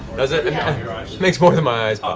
does it? it makes more than my eyes ah